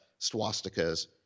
swastikas